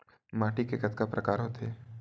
माटी के कतका प्रकार होथे?